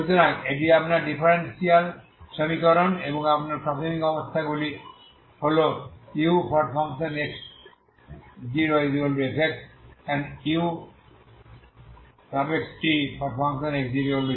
সুতরাং এটি আপনার ডিফারেনশিয়াল সমীকরণ এবং আপনার প্রাথমিক অবস্থাগুলি হল ux0fx এবং utx0g for 0xL এর জন্য